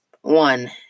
one